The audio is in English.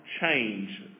change